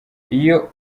iyo